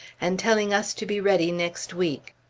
and telling us to be ready next week.